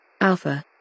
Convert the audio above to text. Alpha